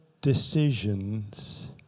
decisions